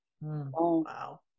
Wow